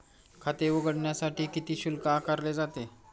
खाते उघडण्यासाठी किती शुल्क आकारले जाते?